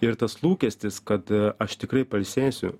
ir tas lūkestis kad aš tikrai pailsėsiu